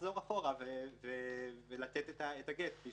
לחזור אחורה ולתת את הגט כפי